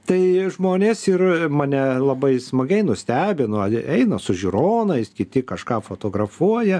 tai žmonės ir mane labai smagiai nustebino jie eina su žiūronais kiti kažką fotografuoja